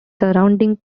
surrounding